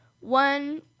one